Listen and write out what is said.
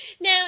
Now